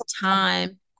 time